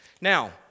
Now